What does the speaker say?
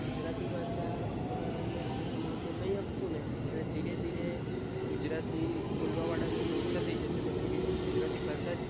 ગુજરાતી ભાષા ને આપણે જો મહત્ત્વ નહીં આપીશું ને તો ધીરે ધીરે ગુજરાતી બોલવાવાળા લોકો ઓછા થઈ જશે ને ગુજરાતી ભાષા